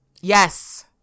yes